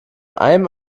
einem